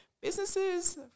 businesses